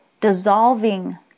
Dissolving